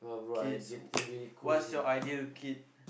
kids what's your ideal kid